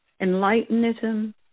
Enlightenism